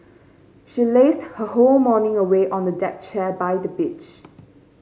she lazed her whole morning away on a deck chair by the beach